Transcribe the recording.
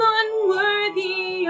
unworthy